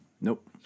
Nope